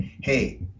hey